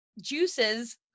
juices